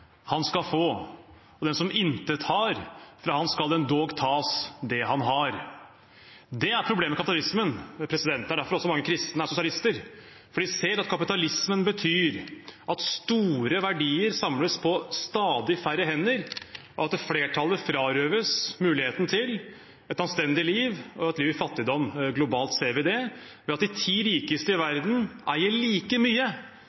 han skal få, og fra han som intet har, skal det endog tas det han har. Det er problemet med kapitalismen. Det er derfor også mange kristne er sosialister, for de ser at kapitalismen betyr at store verdier samles på stadig færre hender, og at flertallet frarøves muligheten til et anstendig liv og får et liv i fattigdom – globalt ser vi det ved at de ti rikeste i verden eier like mye